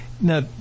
Now